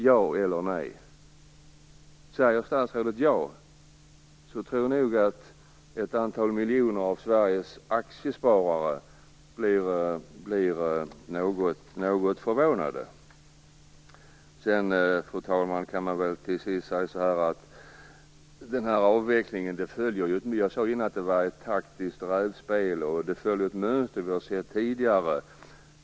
Ja eller nej? Säger statsrådet ja tror jag nog att ett antal miljoner av Sveriges aktiesparare blir något förvånade. Fru talman! Jag sade förut att avvecklingen var ett taktiskt rävspel och att den följer ett mönster vi har sett tidigare.